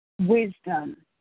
wisdom